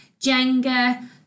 Jenga